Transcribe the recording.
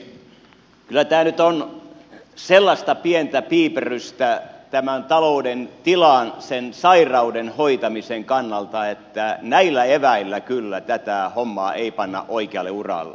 kyllä tämä nyt on sellaista pientä piiperrystä tämän talouden tilan sen sairauden hoitamisen kannalta että näillä eväillä kyllä tätä hommaa ei panna oikealle uralle